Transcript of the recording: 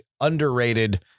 Underrated